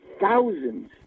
thousands